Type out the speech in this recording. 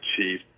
chief